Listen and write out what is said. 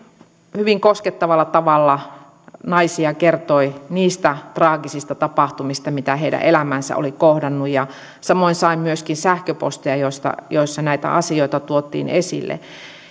hyvin koskettavalla tavalla naisia kertoi niistä traagisista tapahtumista mitä heidän elämäänsä oli kohdannut samoin sain myöskin sähköposteja joissa näitä asioita tuotiin esille